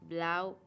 Blau